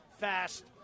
fast